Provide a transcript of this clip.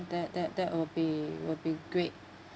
that that that would be would be great